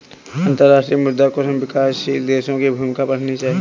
अंतर्राष्ट्रीय मुद्रा कोष में विकासशील देशों की भूमिका पढ़नी चाहिए